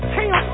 Hey